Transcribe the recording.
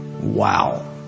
Wow